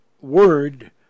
word